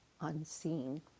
unseen